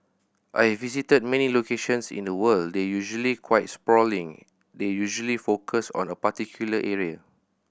I've visited many locations in the world they're usually quite sprawling they're usually focused on a particular area